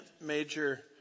major